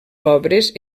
pobres